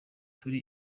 turi